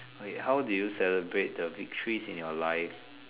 okay how do you celebrate the victories in your life